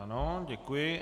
Ano, děkuji.